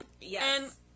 Yes